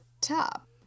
top